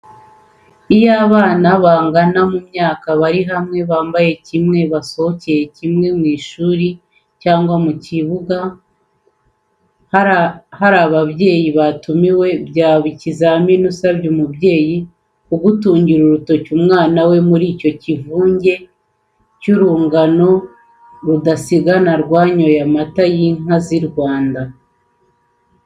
Iyo abana bangana mu myaka bari hamwe, bambaye kimwe, basokoje kimwe, mu ishuri cyangwa mu kibuga; hari n'ababyeyi batumiwe, byaba ari ikizamini usabye umubyeyi kugutungira urutoki ku mwana we, muri icyo kivunge cy'urungano rudasigana rwanyoye amata y'inka z'inyarwanda.